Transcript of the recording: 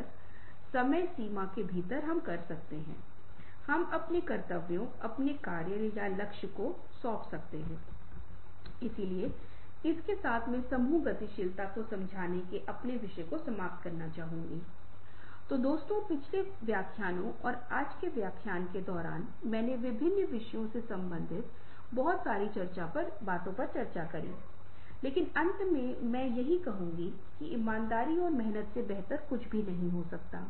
इसलिए आप देखें कि हमने हेरफेर की अवधारणा के बारे में बात की है हम धारणा बातचीत के बारे में बात करेंगे जिस पर बाद में फिर से लोगों को उद्धरण के भीतर एक निश्चित सीमा तक हेरफेर करने के बारे में आश्वस्त किया जाता है जरूरी नहीं कि नकारात्मक अर्थों में लोगों और उनके दिमाग में हेरफेर करें लेकिन हम पाते हैं कि यह कुछ ऐसा है